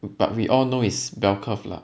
but we all know is bell curve lah